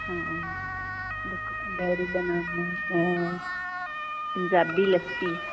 ਹਾਂ ਪੰਜਾਬੀ ਲੱਸੀ